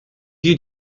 you